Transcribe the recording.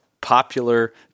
popular